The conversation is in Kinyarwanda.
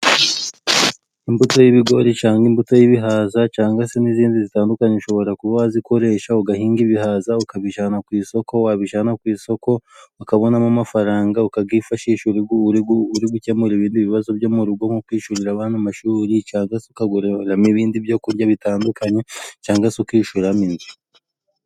Imbuto y'ibigori cyangwa imbuto y'ibihaza cyangwa se n'izindi zitandukanye ushobora kuba wazikoresha, ugahinga ibihaza ukabijyana ku isoko, wabijyana ku isoko ukabonamo amafaranga ukayifashisha uri gukemura ibindi bibazo byo mu rugo nko kwishyurira abana amashuri, cyangwa se ukaguramo ibindi byo kurya bitandukanye cyangwa se ukishyuramo inzu.